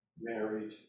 married